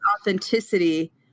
authenticity